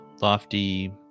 lofty